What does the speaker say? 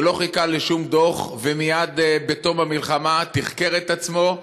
שלא חיכה לשום דוח ומייד בתום המלחמה תחקר את עצמו,